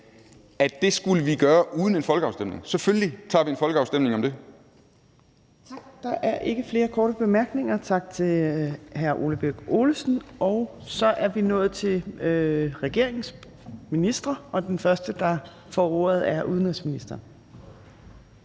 steder, skulle vi gøre det uden en folkeafstemning. Selvfølgelig tager vi en folkeafstemning om det. Kl. 13:30 Tredje næstformand (Trine Torp): Tak. Der er ikke flere korte bemærkninger. Tak til hr. Ole Birk Olesen. Og så er vi nået til regeringens ministre, og den første, der får ordet, er udenrigsministeren.